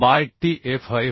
bye TfH f